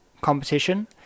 competition